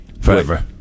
Forever